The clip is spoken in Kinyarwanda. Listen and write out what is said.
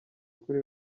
kuri